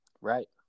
Right